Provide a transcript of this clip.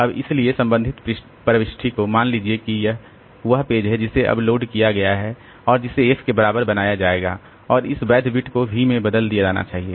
अब इसलिए संबंधित प्रविष्टि को मान लीजिए कि यह वह पेज है जिसे अब लोड किया गया है और जिसे f के बराबर बनाया जाएगा और इस वैध बिट को v में बदल दिया जाना चाहिए